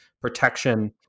protection